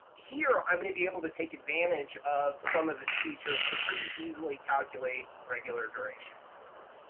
here, i'm going to be able to take advantage of some of its features to pretty easily calculate regular durations for this.